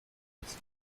its